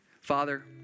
Father